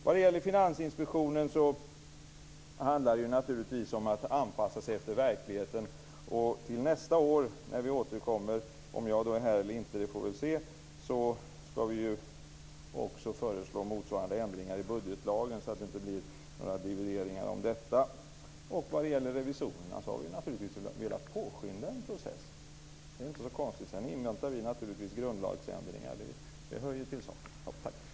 Vad gäller Finansinspektionen handlar det ju naturligtvis om att anpassa sig efter verkligheten, och till nästa år när vi återkommer - om jag då är här eller inte, det får vi väl se - ska vi också föreslå motsvarande ändringar i budgetlagen, så att det inte blir några divideringar om detta. Vad gäller revisorerna har vi naturligtvis velat påskynda en process. Det är inte så konstigt. Sedan inväntar vi naturligtvis grundlagsändringar. Det hör ju till saken.